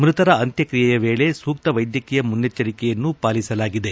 ಮೃತರ ಅಂತ್ಯ ಕ್ರಿಯೆಯ ವೇಳೆ ಸೂಕ್ತ ವ್ಯದ್ಯಕೀಯ ಮುನ್ನೆಚ್ಚರಿಕೆಯನ್ನು ಪಾಲಿಸಲಾಗಿದೆ